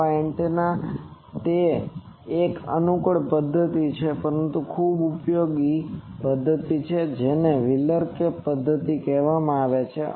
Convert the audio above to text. નાના એન્ટેના તે એક અનુકૂળ પદ્ધતિ છે પરંતુ ખૂબ ઉપયોગી પદ્ધતિ જેને વ્હીલર કેપ પદ્ધતિ કહેવામાં આવે છે